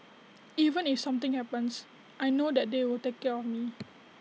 even if something happens I know that they will take care of me